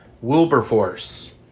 wilberforce